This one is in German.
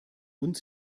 uns